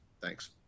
thanks